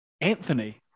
Anthony